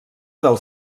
del